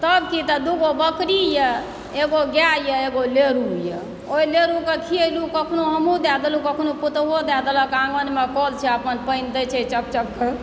तब की तऽ दुगो बकरी यऽ एगो गाय यऽ एगो लेरु यऽ ओहि लेरुकेँ खियेलहुँ कखनो दए देलहुँ कखनो पुतहुओ दए देलक आङ्गनमे कल छै अपन पानि दैत छै चप चप कऽ